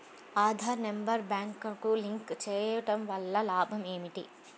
Aadhaar number బ్యాంక్నకు link చేయుటవల్ల లాభం ఏమిటి?